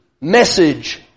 message